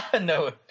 No